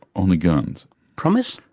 only guns. promise?